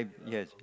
yes